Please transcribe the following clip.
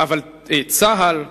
אבל צה"ל,